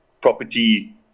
Property